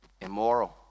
immoral